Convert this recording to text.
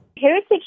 Heritage